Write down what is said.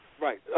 right